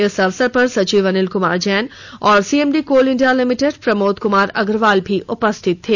इस अवसर पर सचिव अनिल क्मार जैन और CMD coal India limited Pramod Kumar Agarwal उपस्थित थे